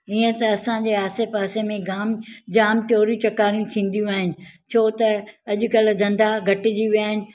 हीअं त असांजे आसे पासे में गाम जाम चोरी चकारियूं थींदियूं आहिनि छो त अॼुकल्ह जनता घटिजी विया आहिनि